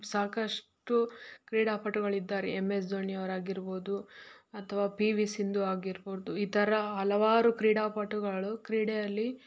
ಸಾಕಷ್ಟು ಕ್ರೀಡಾಪಟುಗಳಿದ್ದಾರೆ M S ಧೋನಿಯವ್ರಾಗಿರ್ಬೋದು ಅಥವಾ ಪಿ ವಿ ಸಿಂಧು ಆಗಿರ್ಬೋದು ಈ ಥರ ಹಲವಾರು ಕ್ರೀಡಾಪಟುಗಳು ಕ್ರೀಡೆಯಲ್ಲಿ